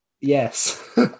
Yes